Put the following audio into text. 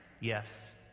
Yes